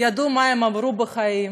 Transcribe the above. ידעו מה הם עברו בחיים,